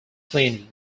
cleaning